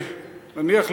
נניח,